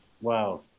Wow